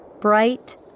bright